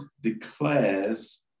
declares